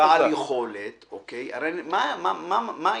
בעל יכולת --- הרי מה העניין?